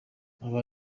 aba